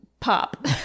Pop